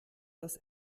das